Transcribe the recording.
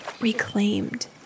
reclaimed